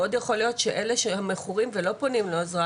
מאוד יכול להיות שאלה שמכורים ולא פונים לעזרה,